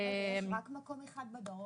רגע, יש רק מקום אחד בדרום?